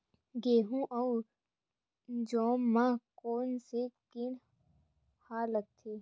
गेहूं अउ जौ मा कोन से कीट हा लगथे?